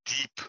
deep